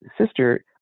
sister